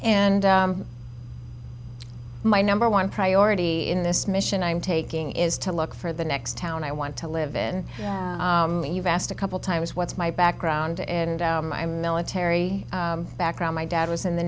and my number one priority in this mission i'm taking is to look for the next town i want to live in you've asked a couple times what's my background and my military background my dad was in the